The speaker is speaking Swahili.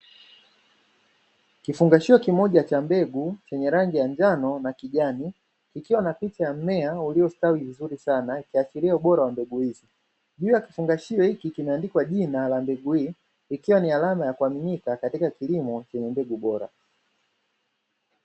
Kifungashio kimoja cha mbegu cha rangi ya njano na kijani kikiwa na picha ya mimea uliostawi vizuri sana ikiashiria ubora wa mbegu hizi, juu ya kifungashio hiki kimeandikwa jina la mbegu hii, ikiwa ni alama ya kuaminika kwa kilimo cha mbegu bora.